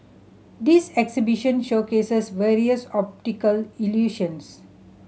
this exhibition showcases various optical illusions